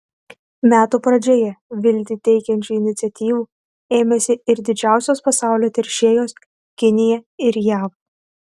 metų pradžioje viltį teikiančių iniciatyvų ėmėsi ir didžiausios pasaulio teršėjos kinija ir jav